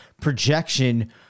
projection